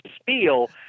spiel